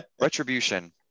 Retribution